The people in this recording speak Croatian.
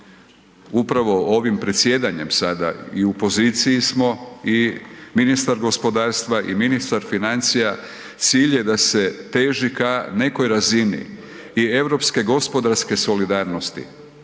upravo ovim predsjedanjem sada i u poziciji smo i ministar gospodarstva i ministar financija, cilj je da se teži ka nekoj razini i europske gospodarske solidarnosti,